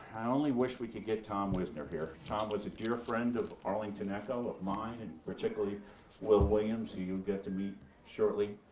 i only wish we could get tom woosner here. tom was a dear friend of arlington echo, of mine, and particularly will williams, who you'll get to meet shortly,